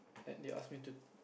that they ask to